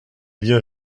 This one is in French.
vient